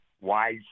wise